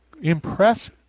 impress